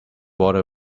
water